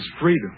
freedom